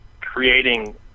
creating